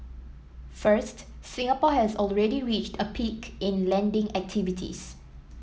first Singapore has already reached a peak in lending activities